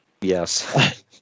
Yes